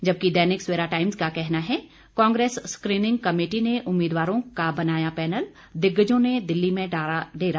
जबकि दैनिक सवेरा टाइम्स का कहना है कांग्रेस स्क्रीनिंग कमेटी ने उम्मीदवारों का बनाया पैनल दिग्गजों ने दिल्ली में डाला डेरा